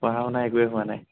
পঢ়া শুনা একোৱেই হোৱা নাই